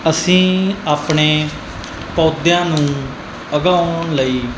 ਅਸੀਂ ਆਪਣੇ ਪੌਦਿਆਂ ਨੂੰ ਉਗਾਉਣ ਲਈ